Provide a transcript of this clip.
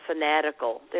fanatical